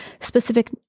specific